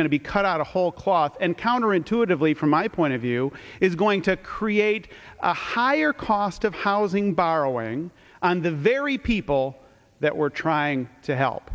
going to be cut out of whole cloth and counterintuitively from my point of view is going to create a higher cost of housing borrowing on the very people that we're trying to help